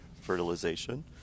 fertilization